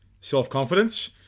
self-confidence